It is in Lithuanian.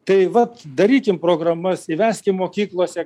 tai vat darykim programas įveskim mokyklose